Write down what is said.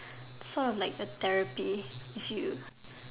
sought of like the therapy if you